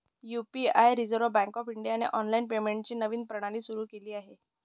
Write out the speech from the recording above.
UPI reserve bank of इंडियाने online पेमेंटची नवीन प्रणाली सुरू केली आहे